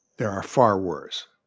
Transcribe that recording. there are far worse.